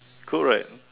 cool right